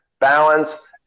balance